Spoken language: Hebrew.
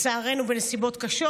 לצערנו זה בנסיבות קשות.